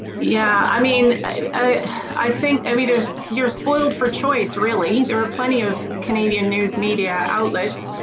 yeah i mean i think every there's you're spoiled for choice really there are plenty of canadian news media outlets,